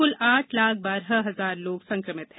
कुल आठ लाख बारह हजार लोग संक्रमित हैं